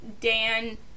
Dan